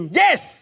yes